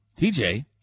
TJ